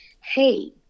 hey